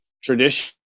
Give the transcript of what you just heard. tradition